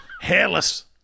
hairless